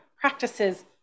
practices